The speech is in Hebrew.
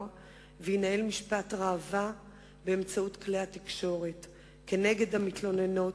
וינהל משפט ראווה באמצעות כלי התקשורת נגד המתלוננות,